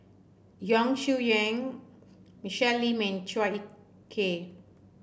Yong Shu Michelle Lim and Chua Ek Kay